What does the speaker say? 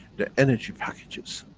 the energy packages?